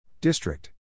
District